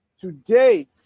Today